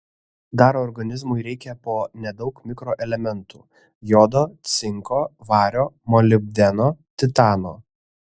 dar organizmui reikia po nedaug mikroelementų jodo cinko vario molibdeno titano